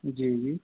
جی جی